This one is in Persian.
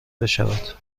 بشود